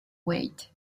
wait